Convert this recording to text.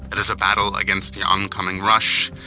it is a battle against the oncoming rush.